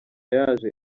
yaje